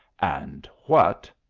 and what,